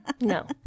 no